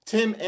Tim